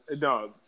No